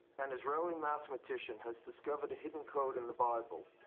an israeli mathematician has discovered a hidden code in the bible.